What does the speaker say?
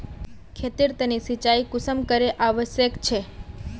खेतेर तने सिंचाई कुंसम करे आवश्यक छै?